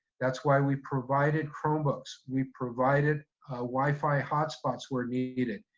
that's why we provided chromebooks. we provided wifi hotspots where needed.